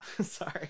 sorry